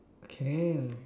can